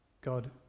God